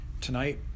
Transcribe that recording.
tonight